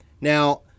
Now